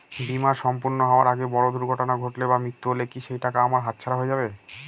বীমা সম্পূর্ণ হওয়ার আগে বড় দুর্ঘটনা ঘটলে বা মৃত্যু হলে কি সেইটাকা আমার হাতছাড়া হয়ে যাবে?